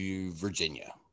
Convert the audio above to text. Virginia